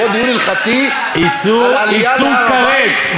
בוא דיון הלכתי על עלייה להר-הבית,